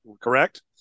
correct